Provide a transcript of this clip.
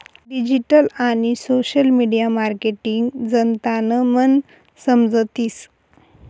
digital आणि social media marketing जनतानं मन समजतीस